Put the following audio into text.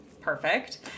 perfect